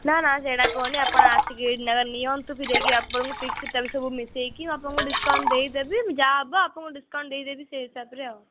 ନାଁ ନାଁ ସେଇଟା କହୁନି ଆପଣ ଆସିକି ଏଇ ନାଖା ନିଅନ୍ତୁ ଫିର୍ ଯାଇକି ଆପଣଙ୍କୁ ଫିକ୍ସ୍ ତାକୁ ସବୁ ମିଶାଇକି ଆପଣଙ୍କୁ ଡିସ୍କାଉଣ୍ଟ୍ ଦେଇଦେବି ଯାହା ହବ ଆପଣଙ୍କୁ ଡିସ୍କାଉଣ୍ଟ୍ ଦେଇଦେବି ସେଇ ହିସାବରେ ଆଉ